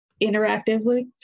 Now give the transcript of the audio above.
interactively